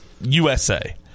USA